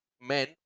men